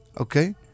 okay